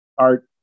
Art